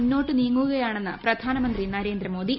മുന്നോട്ട് നീങ്ങുകയാണെന്ന് പ്രധാനമന്ത്രി നരേന്ദ്രമോദി